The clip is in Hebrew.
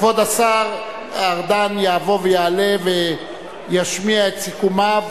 כבוד השר ארדן יבוא ויעלה וישמיע את סיכומיו.